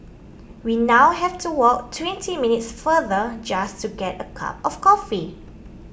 we now have to walk twenty minutes farther just to get a cup of coffee